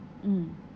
mm